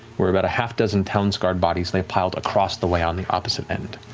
where about a half-dozen townsguard bodies lay piled across the way on the opposite end.